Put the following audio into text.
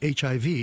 HIV